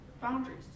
Boundaries